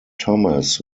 thomas